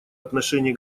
отношении